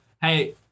Hey